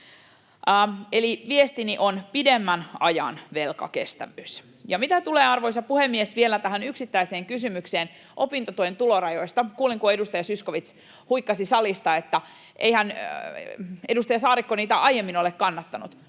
Eli viestini on pidemmän ajan velkakestävyys. Ja mitä tulee, arvoisa puhemies, vielä tähän yksittäiseen kysymykseen opintotuen tulorajoista, kuulin, kun edustaja Zyskowicz huikkasi salista, että eihän edustaja Saarikko niitä aiemmin ole kannattanut.